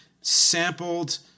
sampled